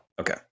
Okay